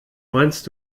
meinst